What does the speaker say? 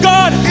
God